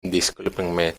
discúlpenme